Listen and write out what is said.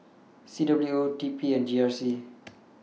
C W O T P and G R C